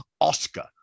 Oscar